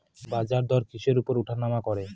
বাজারদর কিসের উপর উঠানামা করে?